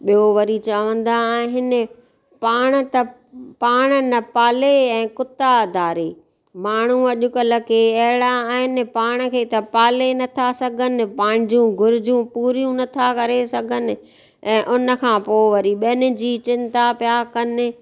ॿियो वरी चवंदा आहिनि पाण त पाण न पाले ऐं कुता धारे माण्हू अॼुकल्ह के अहिड़ा आहिनि पाण खे त पाले न था सघनि पंहिंजूं घुर्जूं पूरियूं नथा करे सघनि ऐं उनखां पोइ वरी ॿियनि जी चिंता पिया कनि